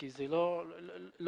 זה לא ברור,